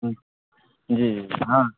ہوں جی جی جی ہاں